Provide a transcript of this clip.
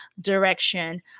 direction